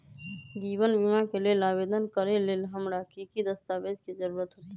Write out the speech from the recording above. जीवन बीमा के लेल आवेदन करे लेल हमरा की की दस्तावेज के जरूरत होतई?